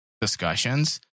discussions